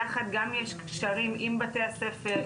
יחד גם יש קשרים עם בתי הספר,